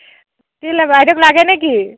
তিল বাইদেউক লাগেনে কি